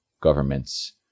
governments